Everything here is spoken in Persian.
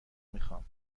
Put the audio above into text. میخوام